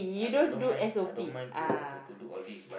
I don't I don't mind I don't mind to to to do all these but